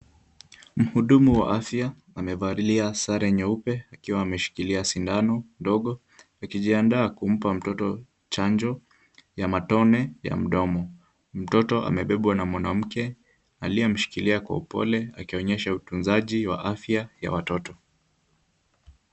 Mhudumu wa afya amevalia sare nyeupe akiwa ameshikilia sindano ndogo akijiandaa kumpa mtoto chanjo ya matone ya mdomo . Mtoto amebebwa na mwanamke aliyemshikilia kwa upole akionyesha utunzaji wa afya ya watoto.